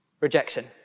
Rejection